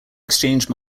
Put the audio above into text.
exchange